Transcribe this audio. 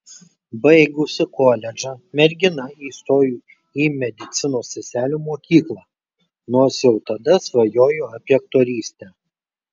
baigusi koledžą mergina įstojo į medicinos seselių mokyklą nors jau tada svajojo apie aktorystę